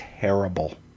terrible